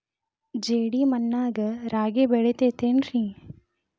ಜೇಡಿ ಮಣ್ಣಾಗ ರಾಗಿ ಬೆಳಿತೈತೇನ್ರಿ?